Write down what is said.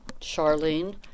Charlene